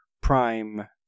prime